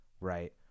right